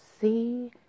see